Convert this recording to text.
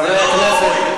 חברי הכנסת,